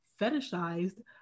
fetishized